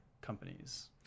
companies